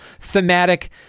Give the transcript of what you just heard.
thematic